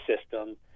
system